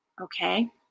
Okay